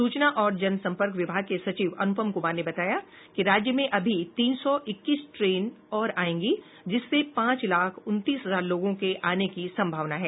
सूचना और जनसंपर्क विभाग के सचिव अनुपम कुमार ने बताया कि राज्य में अभी तीन सौ इक्कीस ट्रेन और आयेगी जिससे पांच लाख उनतीस हजार लोगों के आने की संभावना है